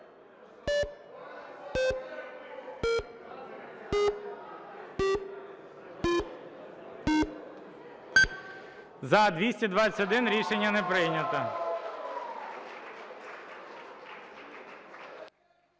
За-221 Рішення не прийнято.